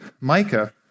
Micah